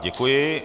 Děkuji.